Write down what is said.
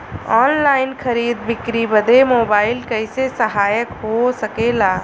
Online खरीद बिक्री बदे मोबाइल कइसे सहायक हो सकेला?